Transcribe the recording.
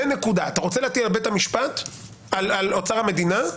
אתה רוצה להטיל על בית המשפט או על אוצר המדינה?